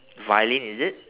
violin is it